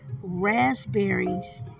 raspberries